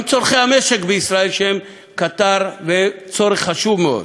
גם צורכי המשק בישראל הם קטר וצורך חשוב מאוד.